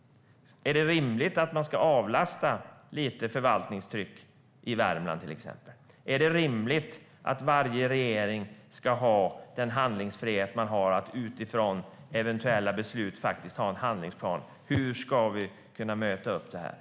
Är det till exempel rimligt att man ska avlasta Värmland lite när det gäller förvaltningstryck? Är det rimligt att varje regering ska ha den handlingsfrihet man har att utifrån eventuella beslut faktiskt ha en handlingsplan för hur man ska möta detta?